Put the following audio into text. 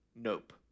nope